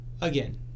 again